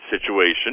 situation